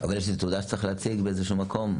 תעודה שצריך להציג באיזה שהוא מקום?